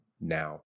now